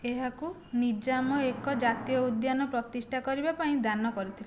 ଏହାକୁ ନିଜାମ ଏକ ଜାତୀୟ ଉଦ୍ୟାନ ପ୍ରତିଷ୍ଠା କରିବା ପାଇଁ ଦାନ କରିଥିଲେ